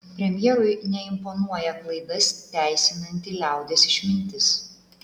premjerui neimponuoja klaidas teisinanti liaudies išmintis